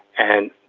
and,